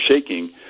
shaking